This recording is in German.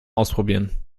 ausprobieren